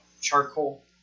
charcoal